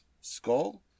skull